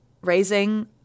raising